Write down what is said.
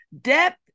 Depth